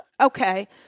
Okay